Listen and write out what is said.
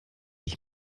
ich